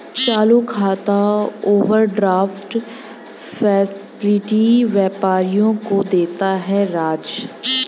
चालू खाता overdraft facility व्यापारियों को देता है राज